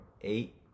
eight